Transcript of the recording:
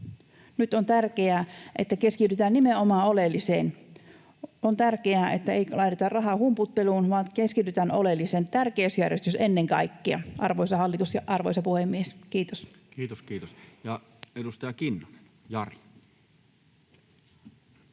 Nyt on tärkeää, että keskitytään nimenomaan oleelliseen. On tärkeää, että ei laiteta rahaa humputteluun, vaan keskitytään oleelliseen. Tärkeysjärjestys ennen kaikkea, arvoisa hallitus ja arvoisa puhemies. — Kiitos. Kiitos, kiitos. — Ja edustaja Kinnunen, Jari.